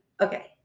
okay